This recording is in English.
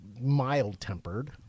mild-tempered